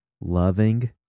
loving